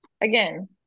again